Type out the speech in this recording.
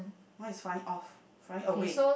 why is flying off flying away